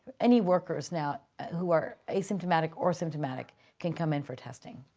any workers now who are asymptomatic or symptomatic can come in for testing.